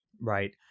Right